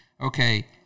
okay